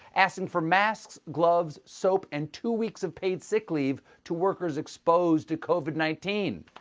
asking for masks, gloves, soap, and two weeks of paid sick leave to workers exposed to covid nineteen.